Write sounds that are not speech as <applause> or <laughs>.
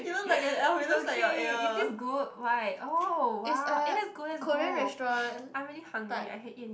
<laughs> it's okay is this good why oh !wow! eh let's go let's go <noise> I'm really hungry I can eat